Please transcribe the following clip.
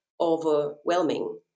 overwhelming